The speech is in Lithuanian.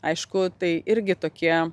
aišku tai irgi tokie